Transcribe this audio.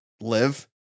live